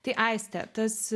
tai aiste tas